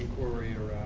worry or